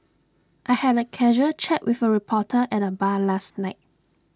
I had A casual chat with A reporter at the bar last night